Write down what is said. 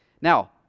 Now